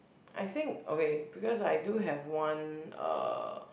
I think okay because I do have one uh